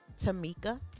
tamika